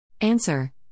Answer